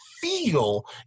feel